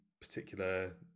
particular